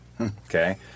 Okay